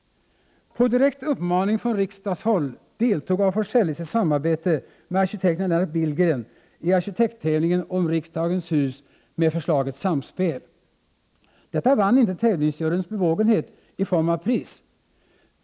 På direkt uppmaning från riksdagshåll deltog af Forselles i samarbete med arkitekten Lennart Billgren i arkitekttävlingen om riksdagens hus med förslaget ”Samspel”. Detta vann inte tävlingsjuryns bevågenhet i form av pris.